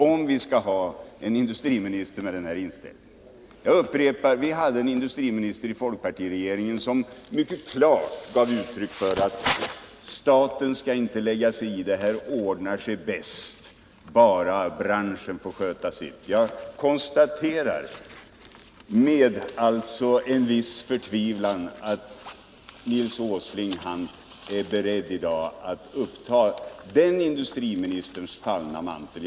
Jag upprepar: Folkpartiregeringens industriminister gav mycket klart uttryck för att staten inte skall lägga sig i — allting ordnar sig bäst bara branschen får sköta sitt. Jag konstaterar med en viss förtvivlan att Nils Åsling i dag är beredd att uppta den industriministerns fallna mantel.